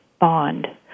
bond